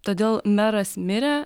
todėl meras mirė